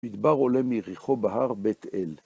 מדבר עולה מיריחו בהר בית אל.